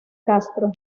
castro